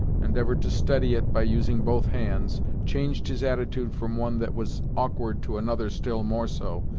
endeavored to steady it by using both hands, changed his attitude from one that was awkward to another still more so,